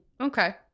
Okay